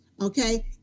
okay